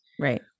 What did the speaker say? Right